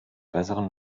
besseren